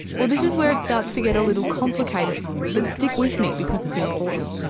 well this is where it starts to get a little complicated but stick with me because it's important.